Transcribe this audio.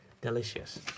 delicious